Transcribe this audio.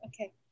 okay